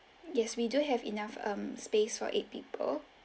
yes we do have enough um space for eight people